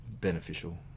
beneficial